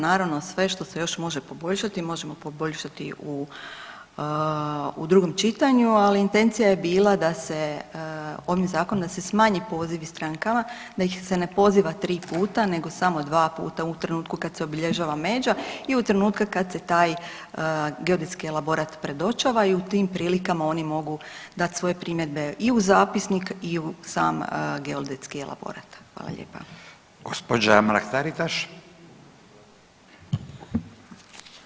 Naravno, sve šta se još može poboljšati, možemo poboljšati u drugom čitanju, ali intencija je bila da se ovim Zakonom, da se smanje pozivi strankama, da ih se ne poziva 3 puta nego samo 2 puta u trenutku kad se obilježava međa i u trenutka kad se taj geodetski elaborat predočava i u tim prilikama oni mogu dat svoje primjedbe i u zapisnik i u sam geodetski elaborat.